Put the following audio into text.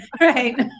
Right